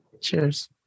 Cheers